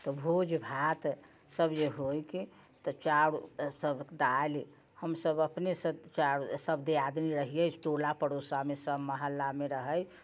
तऽ भोज भात सभ जे होइक तऽ चाउर सभ दालि हमसभ अपनेसँ चारि सभ दियादनी रहियै टोला पड़ोसामे सभ मोहल्लामे रहै